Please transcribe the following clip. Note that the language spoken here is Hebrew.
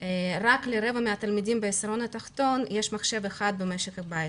רק לרבע מהתלמידים בעשירון התחתון יש מחשב אחד במשק הבית.